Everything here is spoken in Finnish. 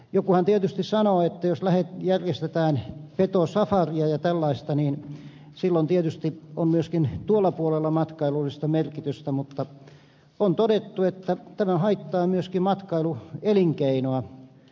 jokuhan tietysti sanoo että jos järjestetään petosafaria ja tällaista niin silloin tietysti on myöskin tuolla puolella matkailullista merkitystä mutta on todettu että tämä haittaa myöskin matkailuelinkeinoa